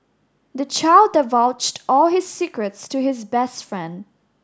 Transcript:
the child divulged all his secrets to his best friend